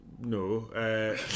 No